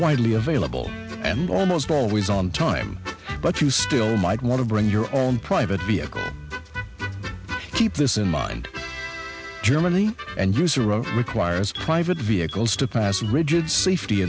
widely available and almost always on time but you still might want to bring your own private vehicle keep this in mind germany and use a requires vehicles to pass a rigid safety